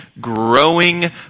growing